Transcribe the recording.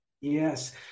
Yes